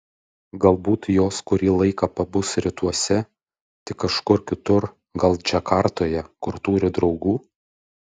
galbūt jos kurį laiką pabus rytuose tik kažkur kitur gal džakartoje kur turi draugų